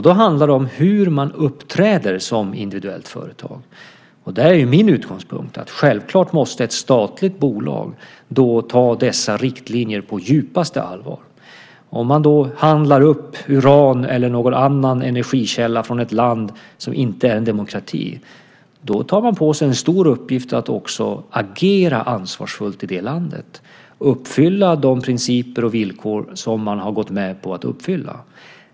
Det handlar om hur man uppträder som individuellt företag. Där är min utgångspunkt att ett statligt bolag självklart måste ta dessa riktlinjer på djupaste allvar. Om man handlar upp uran eller någon annan energikälla från ett land som inte är en demokrati tar man på sig en stor uppgift att också agera ansvarsfullt i det landet, att uppfylla de principer och villkor som man har gått med på att uppfylla.